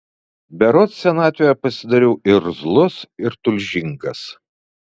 berods senatvėje pasidariau irzlus ir tulžingas